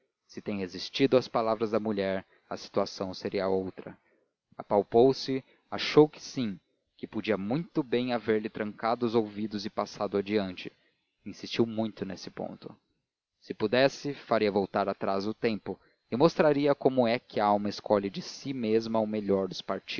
se tem resistido às palavras da mulher a situação seria outra apalpou se achou que sim que podia muito bem haver-lhe trancado os ouvidos e passado adiante insistiu muito neste ponto se pudesse faria voltar atrás o tempo e mostraria como é que a alma escolhe de si mesma o melhor dos